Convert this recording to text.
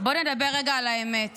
בואו נדבר רגע על האמת.